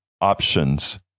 options